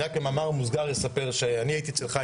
אני רק במאמר מוסגר אספר שאני הייתי אצל חיים